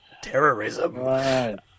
Terrorism